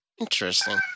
Interesting